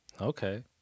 Okay